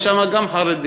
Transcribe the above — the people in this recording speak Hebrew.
יש שם גם חרדים,